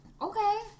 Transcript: Okay